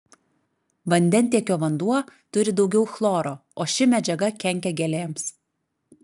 vandentiekio vanduo turi daugiau chloro o ši medžiaga kenkia gėlėms